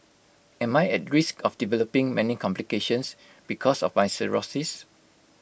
am I at risk of developing many complications because of my cirrhosis